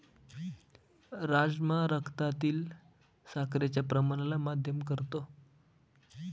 राजमा रक्तातील साखरेच्या प्रमाणाला मध्यम करतो